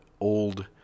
old